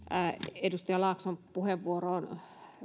edustaja laakson puheenvuoroon